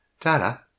Tada